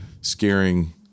scaring